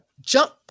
jump